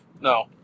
No